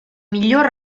miglior